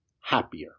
happier